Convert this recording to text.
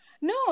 No